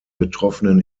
betroffenen